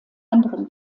anderen